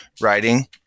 writing